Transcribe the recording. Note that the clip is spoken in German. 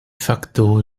facto